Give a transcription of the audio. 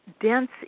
dense